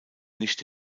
nicht